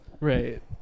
Right